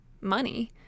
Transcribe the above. money